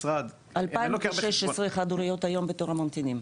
--- 2,016 חד הוריות היום בתור הממתינים.